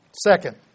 Second